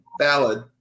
valid